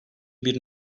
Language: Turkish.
bir